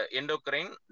endocrine